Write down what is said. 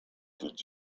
did